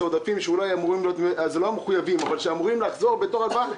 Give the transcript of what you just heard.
אלה לא עודפים מחויבים אלא הם אמורים לחזור בתור הלוואה.